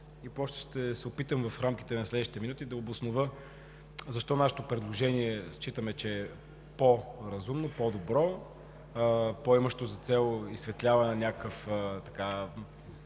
и после ще се опитам в рамките на следващите минути да обоснова защо нашето предложение считаме, че е по-разумно, по-добро, по-имащо за цел изсветляване на някакъв…